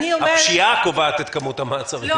אלא הפשיעה קובעת את כמות המעצרים.